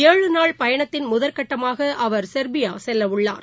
ஏழு நாள் பயணத்தின் முதற்கட்டமாக அவர் செர்பியா செல்லவுள்ளார்